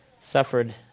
suffered